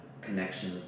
connection